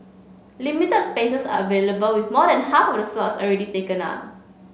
limited spaces are available with more than half of the slots already taken up